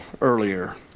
earlier